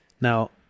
Now